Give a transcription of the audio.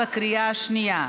בקריאה השנייה.